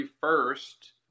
first